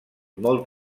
molt